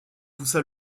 poussa